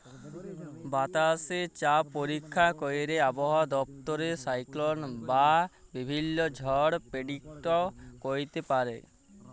বাতাসে চাপ পরীক্ষা ক্যইরে আবহাওয়া দপ্তর সাইক্লল বা বিভিল্ল্য ঝড় পের্ডিক্ট ক্যইরতে পারে